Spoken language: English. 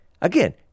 again